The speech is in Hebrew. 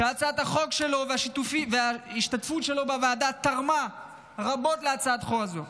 שהצעת החוק שלו וההשתתפות שלו בוועדה תרמו רבות להצעת החוק הזו,